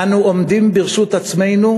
אנו עומדים ברשות עצמנו,